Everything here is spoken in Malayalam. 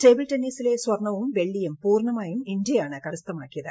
ടേബിൾ ടെന്നീസിലെ സർണ്ണവും വെള്ളിയും പൂർണ്ണമായും ഇന്ത്യയാണ് കരസ്ഥമാക്കിയത്